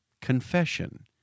confession